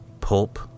pulp